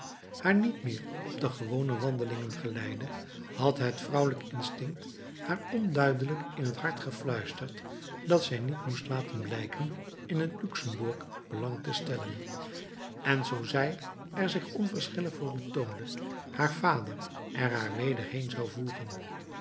haar niet meer op de gewone wandelingen geleidde had het vrouwelijk instinct haar onduidelijk in het hart gefluisterd dat zij niet moest laten blijken in het luxembourg belang te stellen en zoo zij er zich onverschillig voor betoonde haar vader er haar weder heen zou voeren